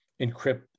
encrypt